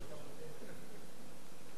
בבקשה, הצבעה, חברים.